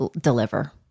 deliver